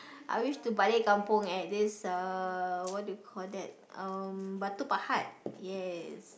I wish to blaik kampung at this uh what do you call that um Batu-Pahat yes